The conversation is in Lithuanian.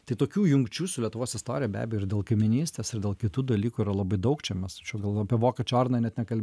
tai tokių jungčių su lietuvos istorija be abejo ir dėl kaimynystės ir dėl kitų dalykų yra labai daug čia mes čia gal apie vokiečių ordiną net nekalbė